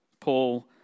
Paul